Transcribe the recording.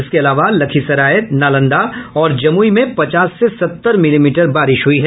इसके अलावा लखीसराय नालंदा और जमुई में पचास से सत्तर मिलीमीटर बारिश हुई है